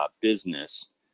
business